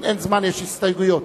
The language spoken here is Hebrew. אין זמן, יש הסתייגויות.